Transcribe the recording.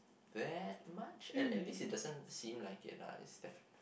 that much at at least it doesn't seem like it lah as if